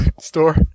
store